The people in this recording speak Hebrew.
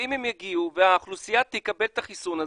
ואם הם יגיעו והאוכלוסייה תקבל את החיסונים הללו,